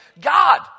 God